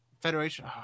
Federation